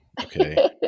Okay